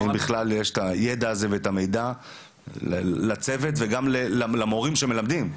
האם יש את הידע הזה לצוות ולמורים שמלמדים.